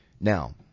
Now